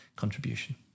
contribution